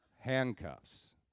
handcuffs